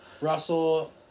Russell